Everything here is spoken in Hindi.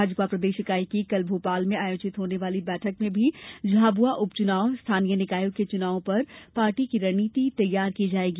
भाजपा प्रदेश इकाई की कल भोपाल में आयोजित होने वाली बैठक में भी झाबुआ उपचुनाव स्थानीय निकायों के चुनावों पर पार्टी की रणनीति तैयार की जायेगी